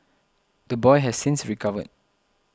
the boy has since recovered